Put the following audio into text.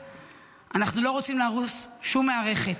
לא רוצים להרוס שום מערכת,